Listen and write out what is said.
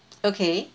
okay